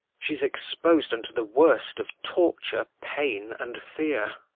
she s expos'd unto the worst of torture, pain, and fear.